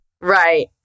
Right